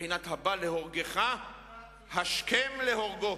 בבחינת הבא להורגך השכם להורגו.